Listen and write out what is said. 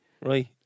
Right